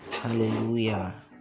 Hallelujah